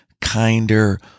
kinder